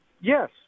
Yes